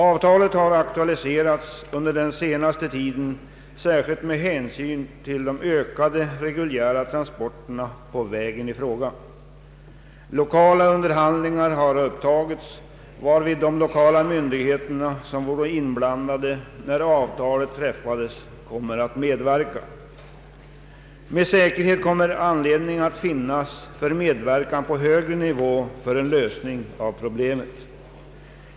Avtalet har aktualiserats under den senaste tiden, särskilt med hänsyn till de ökade reguljära transporterna på vägen i fråga. Lokala underhandlingar har upptagits, varvid de lokala myndigheter som var inblandade när avtalet träffades kommer att medverka. Med säkerhet kommer anledning att finnas till medverkan på högre nivå för en lösning av frågan.